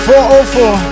404